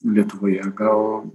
lietuvoje gal